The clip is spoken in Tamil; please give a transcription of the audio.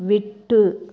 விட்டு